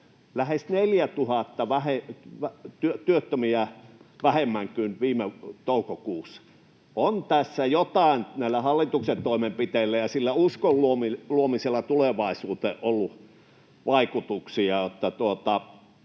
lähes 4 000 vähemmän kuin viime toukokuussa. On tässä näillä hallituksen toimenpiteillä ja sillä uskon luomisella tulevaisuuteen ollut jotain vaikutuksia.